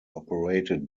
operated